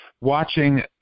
watching